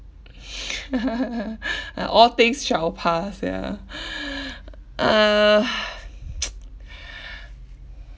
ya all things shall pass ya uh